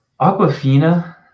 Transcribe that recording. Aquafina